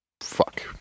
Fuck